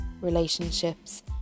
relationships